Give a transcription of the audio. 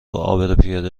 عابرپیاده